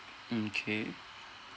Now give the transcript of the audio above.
mm K